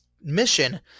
mission